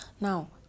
Now